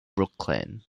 brooklyn